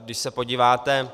Když se třeba podíváte